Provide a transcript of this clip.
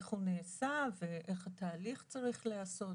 איך הוא נעשה ואיך התהליך צריך להיעשות.